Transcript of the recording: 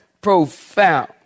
profound